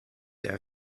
der